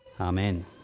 Amen